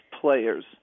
players